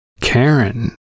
Karen